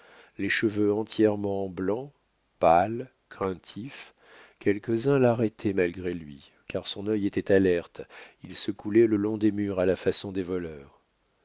les cheveux entièrement blancs pâle craintif quelques-uns l'arrêtaient malgré lui car son œil était alerte il se coulait le long des murs à la façon des voleurs